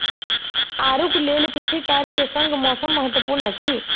आड़ूक लेल कृषि कार्य के संग मौसम महत्वपूर्ण अछि